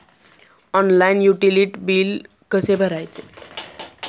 Online utility बिले कसे भरायचे?